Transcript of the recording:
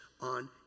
on